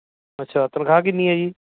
ਅੱਛਾ ਤਨਖ਼ਾਹ ਕਿੰਨੀ ਹੈ ਜੀ